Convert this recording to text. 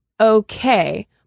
okay